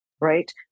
Right